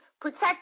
protect